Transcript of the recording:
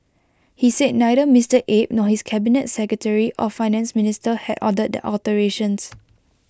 he said neither Mister Abe nor his cabinet secretary or Finance Minister had ordered the alterations